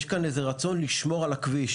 יש כאן איזה רצון לשמור על הכביש.